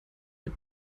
mit